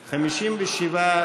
57,